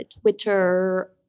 Twitter